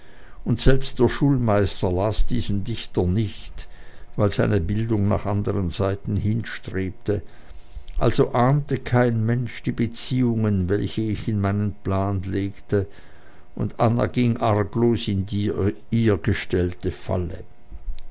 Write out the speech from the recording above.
und selbst der schulmeister las diesen dichter nicht weil seine bildung nach anderen seiten hinstrebte also ahnte kein mensch die beziehungen welche ich in meinen plan legte und anna ging arglos in die ihr gestellte falle